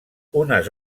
unes